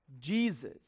Jesus